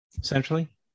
essentially